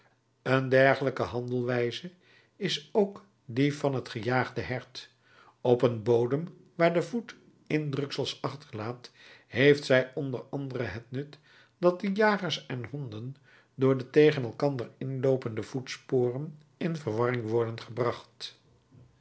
een dergelijke handelwijze is ook die van het gejaagde hert op een bodem waar de voet indruksels achterlaat heeft zij onder andere het nut dat de jagers en honden door de tegen elkander inloopende voetsporen in verwarring worden gebracht